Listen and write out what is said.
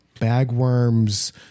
bagworms